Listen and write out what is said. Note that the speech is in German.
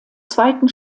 zweiten